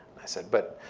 i said, but,